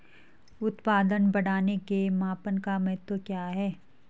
उत्पादन बढ़ाने के मापन का महत्व क्या है?